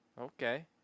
Okay